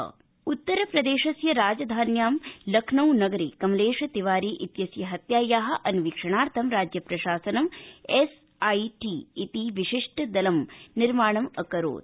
उत्तरप्रदेश उत्तप्रदेशस्य राजधान्यां लखनऊनगरे कमलेश तिवारी इत्यस्य हत्यायाः अन्वीक्षणार्थं राज्य प्रशासनम् एसआईटी इति विशिष्ट दलस्य निर्माणं अकरोत्